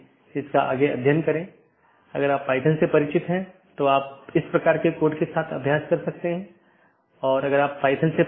तो इस तरह से मैनाजैबिलिटी बहुत हो सकती है या स्केलेबिलिटी सुगम हो जाती है